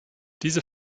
diese